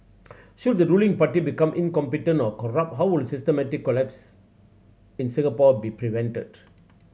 should the ruling party become incompetent or corrupt how would a systematic collapse in Singapore be prevented